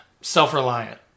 self-reliant